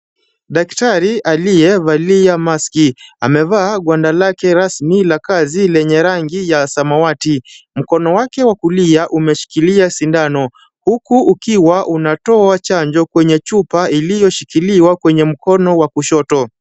Daktari aliyevalia maski. Amevaa gwanda lake rasmi la kazi lenye rangi ya samawati. Mkono wake wa kulia umeshikilia sindano huku ukiwa unatoa chanjo kwenye chanjo ulioshikiliwa kwenye mkono wa kushoto.